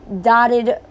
dotted